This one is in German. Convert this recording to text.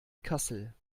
kassel